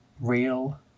real